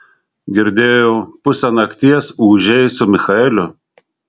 girdėjau pusę nakties ūžei su michaeliu